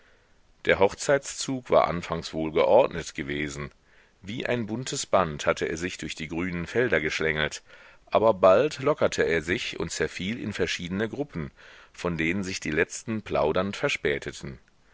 der hochzeitszug war anfangs wohlgeordnet gewesen wie ein buntes band hatte er sich durch die grünen felder geschlängelt aber bald lockerte er sich und zerfiel in verschiedene gruppen von denen sich die letzten plaudernd verspäteten